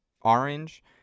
orange